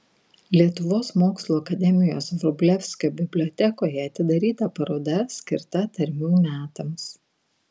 lietuvos mokslų akademijos vrublevskio bibliotekoje atidaryta paroda skirta tarmių metams